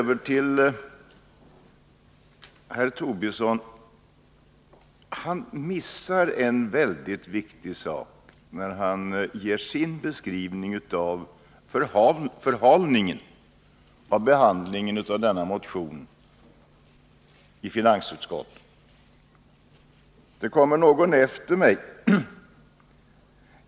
Herr Tobisson missar en väldigt viktig sak när han ger sin beskrivning av förhalningen av behandlingen av denna motion i finansutskottet. Det kommer någon efter mig.